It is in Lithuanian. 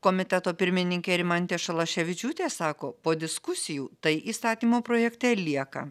komiteto pirmininkė rimantė šalaševičiūtė sako po diskusijų tai įstatymo projekte lieka